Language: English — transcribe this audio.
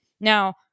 Now